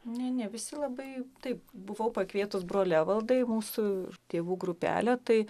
ne ne visi labai taip buvau pakvietus brolį evaldą į mūsų tėvų grupelę tai